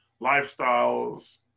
lifestyles